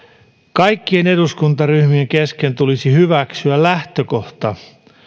kaikkien eduskuntaryhmien kesken tulisi hyväksyä lähtökohta